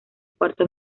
cuarto